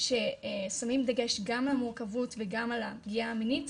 ששמים דגש גם על מורכבות וגם על הפגיעה המינית,